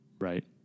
right